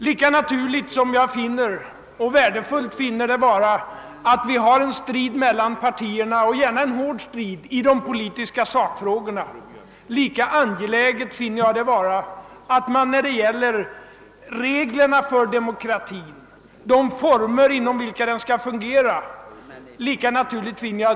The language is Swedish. Lika naturligt och värdefullt som jag finner det vara att vi för en strid — gärna en hård sådan — om de politiska sakfrågorna, lika angeläget finner jag det vara att vi kommer överens när det gäller reglerna för demokratin och de former inom vilka demokratin skall fungera.